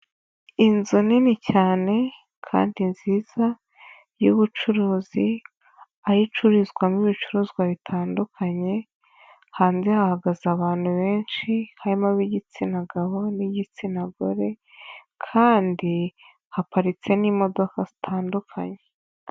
Inzu nini cyane kandi nziza y'ubucuruzi, aho icururizwamo ibicuruzwa bitandukanye, hanze hahagaze abantu benshi harimo ab'igitsina gabo n'igitsina gore kandi haparitse n'imodoka zitandukanye.